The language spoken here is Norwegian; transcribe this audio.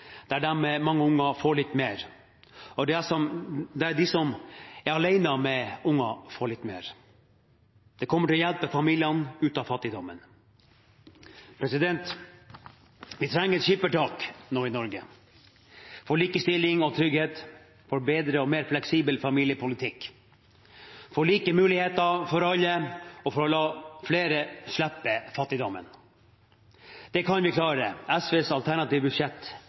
der de med mange unger får litt mer, og der de som er alene med unger, får litt mer. Det kommer til å hjelpe familiene ut av fattigdommen. Vi trenger et skippertak nå i Norge – for likestilling og trygghet, for bedre og mer fleksibel familiepolitikk, for like muligheter for alle og for å la flere slippe fattigdommen. Det kan vi klare. SVs alternative budsjett